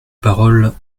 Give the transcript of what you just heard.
parole